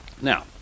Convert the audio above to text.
Now